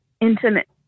intimate